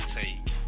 take